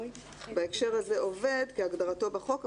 לעניין זה "עובד" כהגדרתו בחוק,